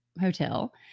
hotel